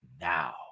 now